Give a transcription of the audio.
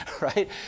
right